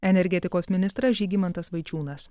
energetikos ministras žygimantas vaičiūnas